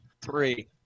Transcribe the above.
three